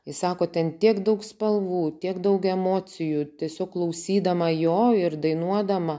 jis sako ten tiek daug spalvų tiek daug emocijų tiesiog klausydama jo ir dainuodama